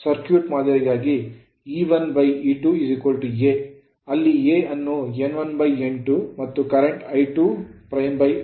circuit ಮಾದರಿಗಾಗಿ E1 E2 a ಅಲ್ಲಿ a ಅನ್ನು N1 N2 ಮತ್ತು ಪ್ರಸ್ತುತ I2 'I2 1 a